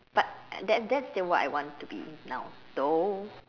but that's that's still what I want to be now though